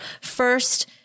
first